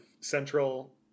central